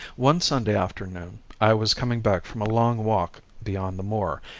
one sunday afternoon, i was coming back from a long walk beyond the moor,